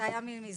זה היה מזמן.